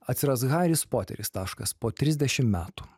atsiras haris poteris taškas po trisdešim metų